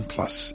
Plus